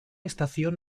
estación